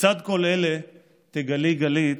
לצד כל אלה תגלי, גלית,